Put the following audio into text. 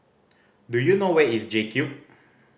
do you know where is JCube